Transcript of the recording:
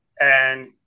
and-